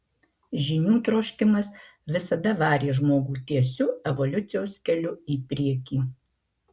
žinių troškimas visada varė žmogų tiesiu evoliucijos keliu į priekį